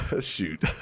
Shoot